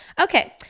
okay